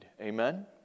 Amen